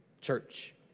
church